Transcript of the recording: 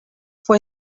fue